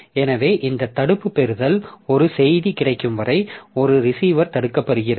எனவே இந்த தடுப்பு பெறுதல் ஒரு செய்தி கிடைக்கும் வரை ஒரு ரிசீவர் தடுக்கப்படுகிறது